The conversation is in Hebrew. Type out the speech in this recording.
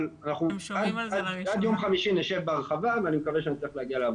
אבל עד יום חמישי נשב בהרחבה ואני מקווה שנצליח להבנות.